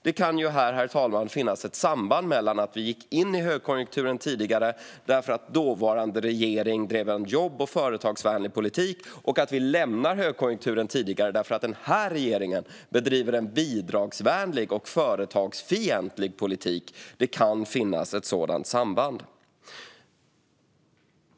Det kan, herr talman, finnas ett samband mellan att vi gick in i högkonjunkturen tidigare för att dåvarande regering drev en jobb och företagsvänlig politik och att vi lämnar högkonjunkturen tidigare för att den här regeringen bedriver en bidragsvänlig och företagsfientlig politik. Det kan finnas ett sådant samband.